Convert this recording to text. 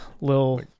little